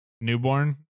newborn